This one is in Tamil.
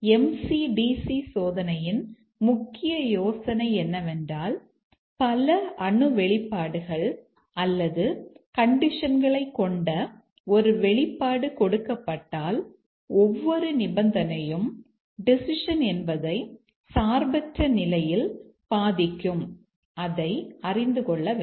MC DC சோதனையின் முக்கிய யோசனை என்னவென்றால் பல அணு வெளிப்பாடுகள் அல்லது கண்டிஷன்களைக் கொண்ட ஒரு வெளிப்பாடு கொடுக்கப்பட்டால் ஒவ்வொரு நிபந்தனையும் டெசிஷன் என்பதை சார்பற்ற நிலையில் பாதிக்கும் அதை அறிந்து கொள்ள வேண்டும்